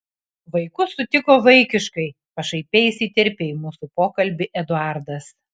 vaikus sutiko vaikiškai pašaipiai įsiterpė į mūsų pokalbį eduardas